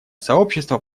сообщество